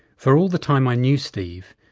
for all the time i knew steve,